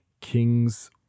kings